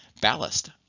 Ballast